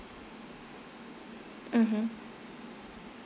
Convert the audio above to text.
mmhmm